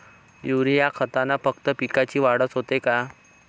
Urea खतानं फक्त पिकाची वाढच होते का?